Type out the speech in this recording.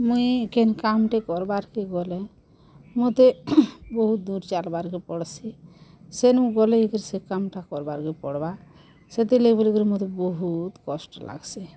ମୁଇଁ କେନ୍ କାମ୍ଟେ କରବାର୍ କେ ଗଲେ ମୋତେ ବହୁତ୍ ଦୂର୍ ଚାଲ୍ବାରକେ ପଡ଼୍ସି ସେନୁ ଗଲେ ଯାଇ ସେ କାମ୍ଟା କରବାର୍ କେ ପଡ଼୍ବା ସେଥିର୍ଲାଗି ବୋଲିକରି ମୋତେ ବହୁତ୍ କଷ୍ଟ ଲାଗ୍ସି